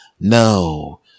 no